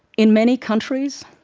in many countries,